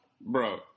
Bro